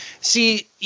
See